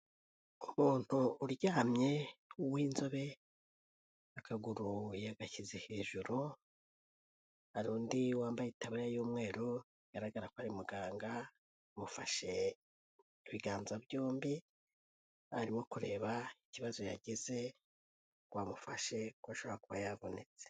Umuntu uryamye w'inzobe akaguru yagashyize hejuru hari undi wambaye itaburiya y'umweru bigaragara ko ari muganga amufashe ibiganza byombi arimo kureba ikibazo yagize ngo amufashe kuko ashobora kuba yavunitse.